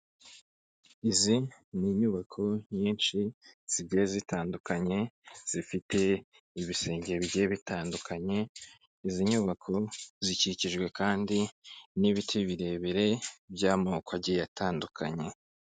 Izi ni inyubako nyinshi zigiye zitandukanye, zifite ibisenge bigiye bitandukanye. Izi nyubako zikikijwe kandi n'ibiti birebire by'amoko agiye atandukanye.